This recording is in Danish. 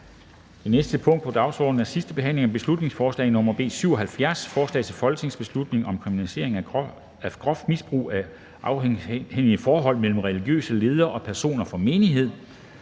Det næste punkt på dagsordenen er: 17) 2. (sidste) behandling af beslutningsforslag nr. B 77: Forslag til folketingsbeslutning om kriminalisering af groft misbrug af afhængighedsforholdet mellem religiøse ledere og personer fra menigheden.